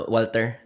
Walter